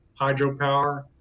hydropower